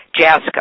JASCO